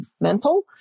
mental